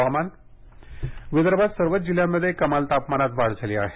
हवामान विदर्भात सर्वच जिल्ह्यांमध्ये कमाल तापमानात वाढ झाली आहे